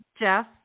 Jeff